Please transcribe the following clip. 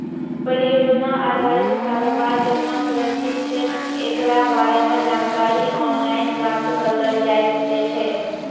परियोजना अधारित कारोबार केतना सुरक्षित छै एकरा बारे मे जानकारी आनलाइन प्राप्त करलो जाय सकै छै